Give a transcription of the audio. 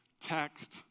text